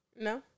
No